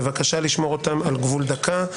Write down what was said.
בבקשה לשמור אותן על גבול דקה.